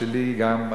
ושלי גם,